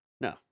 No